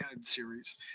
series